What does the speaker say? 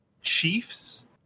Chiefs